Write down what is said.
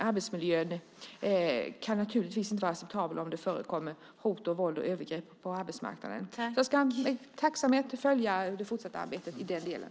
Arbetsmiljön kan naturligtvis inte vara acceptabel om det förekommer hot, våld och övergrepp på arbetsmarknaden. Jag ska med tacksamhet följa det fortsatta arbetet i den delen.